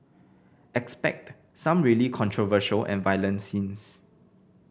expect some really controversial and violent scenes